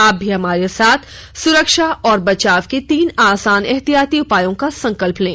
आप भी हमारे साथ सुरक्षा और बचाव के तीन आसान एहतियाती उपायों का संकल्प लें